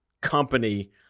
company